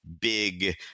big